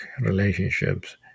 relationships